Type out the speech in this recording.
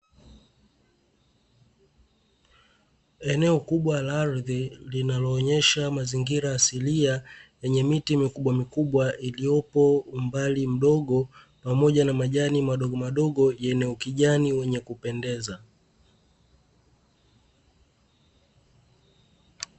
Eneo kubwa la ardhi linaloonyesha mazingira asilia, lenye miti mikubwamikubwa iliyopo umbali mdogo, pamoja na majani madogomadogo yenye ukijani wenye kupendeza.